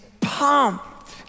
pumped